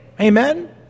Amen